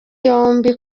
yombi